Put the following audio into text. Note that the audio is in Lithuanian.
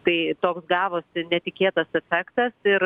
tai toks gavosi netikėtas efektas ir